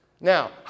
Now